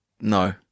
No